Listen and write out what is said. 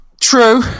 True